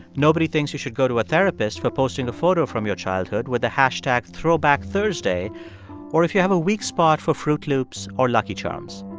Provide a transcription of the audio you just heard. nobody thinks you should go to a therapist for posting a photo from your childhood with the hashtag throwbackthursday or if you have a weak spot for froot loops or lucky charms.